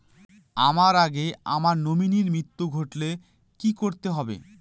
আমার আগে আমার নমিনীর মৃত্যু ঘটলে কি করতে হবে?